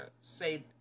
say